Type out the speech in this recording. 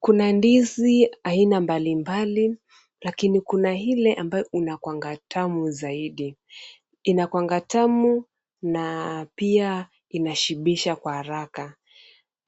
Kuna ndizi aina mbalimbali, lakini kuna ile ambayo inakuwanga tamu zaidi. Inakuwanga tamu na pia inashibisha kwa haraka.